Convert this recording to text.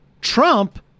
Trump